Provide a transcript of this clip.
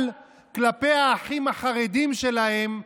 אבל כלפי האחים החרדים שלהם,